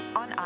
on